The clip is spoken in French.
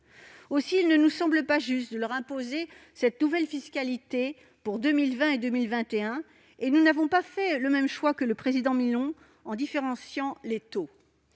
Il ne nous semble pas juste de leur imposer cette nouvelle fiscalité pour 2020 et 2021, et nous n'avons pas fait le même choix qu'Alain Milon, qui propose de différencier les taux.